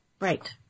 Right